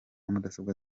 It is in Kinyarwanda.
mudasobwa